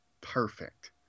perfect